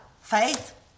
faith